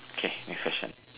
okay next question